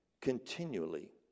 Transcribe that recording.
continually